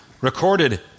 recorded